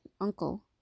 uncle